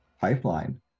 pipeline